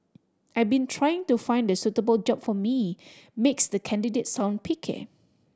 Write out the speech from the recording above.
I've been trying to find the suitable job for me makes the candidate sound picky